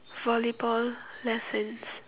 volleyball lessons